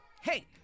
Hey